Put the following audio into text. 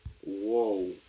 Whoa